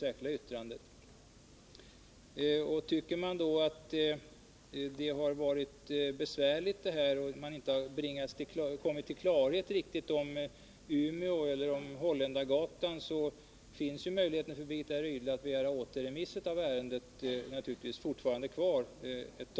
Har Birgitta Rydle inte riktigt kommit till klarhet när det gäller frågan om Umeå eller Holländargatan finns ännu en stund möjligheten att begära återremiss av ärendet.